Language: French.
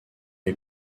les